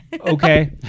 Okay